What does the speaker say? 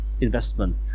investment